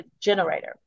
generator